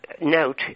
note